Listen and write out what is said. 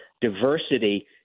diversity